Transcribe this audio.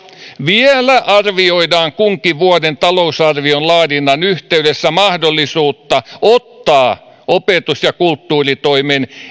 vielä arvioidaan kunkin vuoden talousarvion laadinnan yhteydessä mahdollisuutta ottaa opetus ja kulttuuritoimen